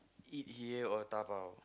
eat here or dabao